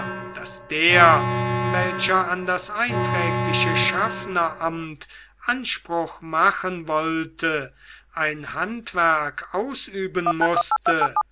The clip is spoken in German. daß der welcher an das einträgliche schaffneramt anspruch machen wollte ein handwerk ausüben mußte